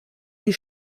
die